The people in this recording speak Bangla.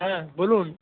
হ্যাঁ বলুন